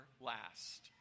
last